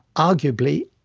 arguably,